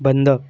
बंद